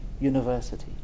university